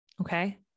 Okay